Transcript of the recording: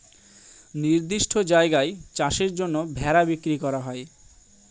নির্দিষ্ট জায়গায় চাষের জন্য ভেড়া বিক্রি করা হয়